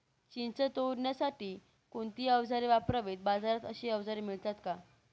चिंच तोडण्यासाठी कोणती औजारे वापरावीत? बाजारात अशी औजारे मिळतात का?